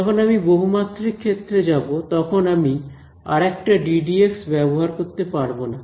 যখন আমি বহুমাত্রিক ক্ষেত্রে যাব তখন আমি আর একটা ব্যবহার করতে পারব না